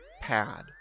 pad